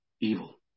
evil